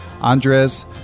Andres